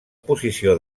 posició